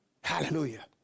hallelujah